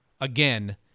again